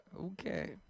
Okay